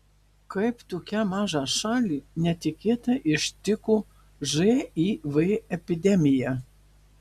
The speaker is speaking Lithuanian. kaip tokią mažą šalį netikėtai ištiko živ epidemija